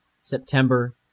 September